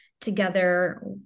together